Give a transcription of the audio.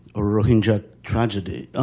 or rohingya tragedy,